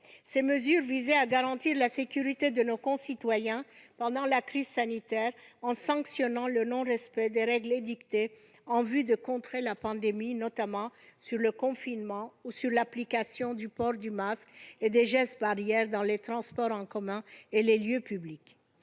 répressives, visant à garantir la sécurité de nos concitoyens pendant la crise sanitaire en sanctionnant le non-respect des règles édictées en vue de contrer la pandémie : le confinement, puis le port du masque et l'application des gestes barrières dans les transports en commun et les lieux publics.